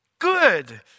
Good